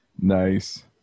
Nice